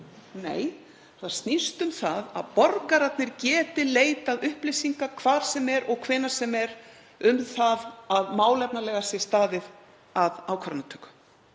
Nei, það snýst um að borgararnir geti leitað upplýsinga hvar sem er og hvenær sem er um það að málefnalega sé staðið að ákvarðanatöku